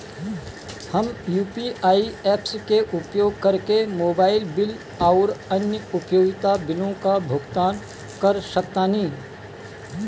हम UPI apps के उपयोग करके मोबाइल बिल आउर अन्य उपयोगिता बिलों का भुगतान कर सकतानी